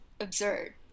absurd